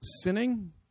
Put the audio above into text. sinning